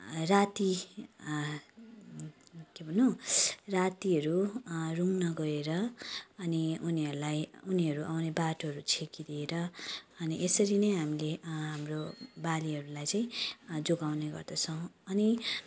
राति के भनौँ रातिहरू रुँग्न गएर अनि उनीहरूलाई उनीहरू आउने बाटोहरू छेकिदिएर अनि यसरी नै हामीले हाम्रो बालीहरूलाई चाहिँ जोगाउने गर्दछौँ अनि